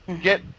get